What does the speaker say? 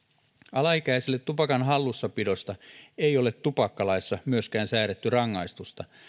alaikäiselle tupakan hallussapidosta ei ole tupakkalaissa myöskään säädetty rangaistusta